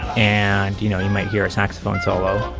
and you know, you might hear a saxophone solo.